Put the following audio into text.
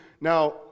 Now